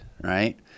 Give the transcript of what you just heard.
right